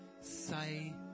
Say